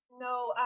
No